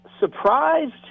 Surprised